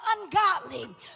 ungodly